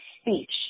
speech